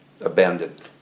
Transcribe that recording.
abandoned